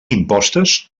impostes